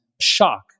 shock